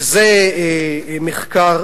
וזה מחקר